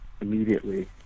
immediately